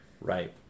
Right